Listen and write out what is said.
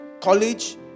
College